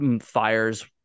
fires